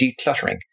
decluttering